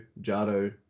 Jado